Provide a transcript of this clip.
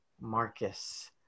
Marcus